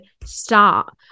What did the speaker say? start